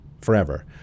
forever